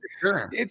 sure